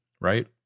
right